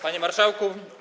Panie Marszałku!